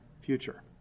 future